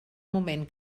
moment